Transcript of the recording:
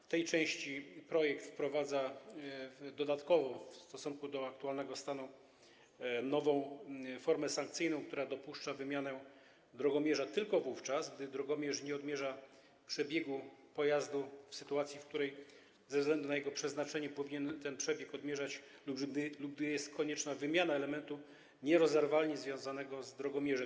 W tej części projekt wprowadza dodatkowo w stosunku do aktualnego stanu nową formę sankcyjną, która dopuszcza wymianę drogomierza tylko wówczas, gdy drogomierz nie odmierza przebiegu pojazdu w sytuacji, w której ze względu na jego przeznaczenie powinien ten przebieg odmierzać, lub gdy jest konieczna wymiana elementu nierozerwalnie związanego z drogomierzem.